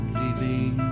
leaving